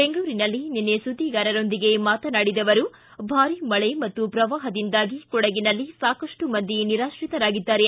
ಬೆಂಗಳೂರಿನಲ್ಲಿ ನಿನ್ನೆ ಸುದ್ದಿಗಾರರೊಂದಿಗೆ ಮಾತನಾಡಿದ ಅವರು ಭಾರೀ ಮಳೆ ಮತ್ತು ಪ್ರವಾಹದಿಂದಾಗಿ ಕೊಡಗಿನಲ್ಲಿ ಸಾಕಷ್ಟು ಮಂದಿ ನಿರಾತ್ರಿತರಾಗಿದ್ದಾರೆ